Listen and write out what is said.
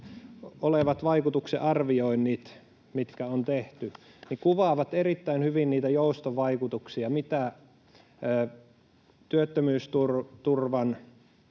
olevat vaikutustenarvioinnit, mitkä on tehty, kuvaavat erittäin hyvin niitä jouston vaikutuksia, mitä työttömyysturvaan